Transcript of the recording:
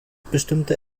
bestimmte